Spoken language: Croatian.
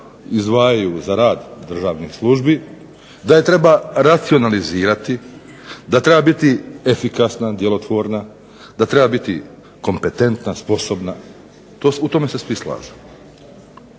izdvajaju za rad državnih službi, da ju treba racionalizirati, da treba biti efikasna, djelotvorna, da treba biti kompetentna, sposobna u tome sve svi slažu.